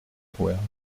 rouergue